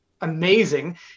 amazing